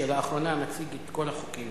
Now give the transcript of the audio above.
שלאחרונה מציג את כל החוקים.